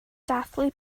dathlu